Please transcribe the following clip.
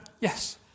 Yes